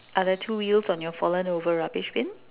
are there two wheels on your fallen over rubbish bin